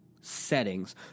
settings